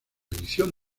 edición